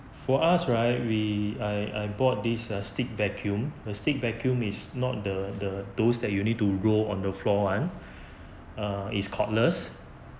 for us right we I I bought this err stick vacuum a stick vacuum is not the the those that you need to roll on the floor one is cordless